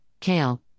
kale